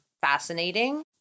fascinating